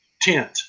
tent